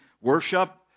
worship